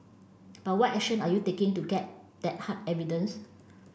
but what action are you taking to get that hard evidence